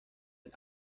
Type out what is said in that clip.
ein